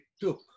took